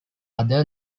other